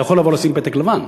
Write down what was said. אתה יכול לבוא ולשים פתק לבן,